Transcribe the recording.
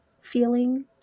feeling